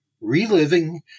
Reliving